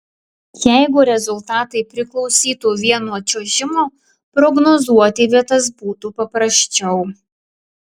jeigu rezultatai priklausytų vien nuo čiuožimo prognozuoti vietas būtų paprasčiau